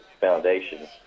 foundation